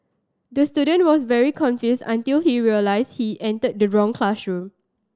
the student was very confused until he realised he entered the wrong classroom